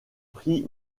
prit